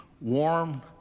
warm